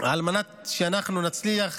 על מנת שאנחנו נצליח